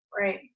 right